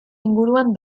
inguruan